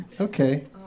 Okay